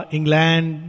England